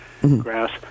grass